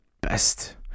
best